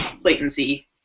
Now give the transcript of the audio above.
latency